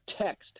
text